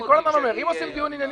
אני כל הזמן אומר: אם עושים דיון ענייני,